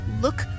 Look